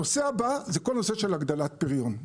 הנושא הבא הוא כל הנושא של הגדלת פריון,